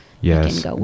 yes